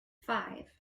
five